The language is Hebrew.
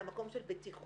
מהמקום של בטיחות.